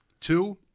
two